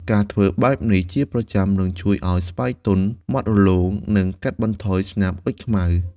ការធ្វើបែបនេះជាប្រចាំនឹងជួយឲ្យស្បែកទន់ ម៉ដ្ឋរលោង និងកាត់បន្ថយស្នាមអុជខ្មៅ។